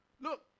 Look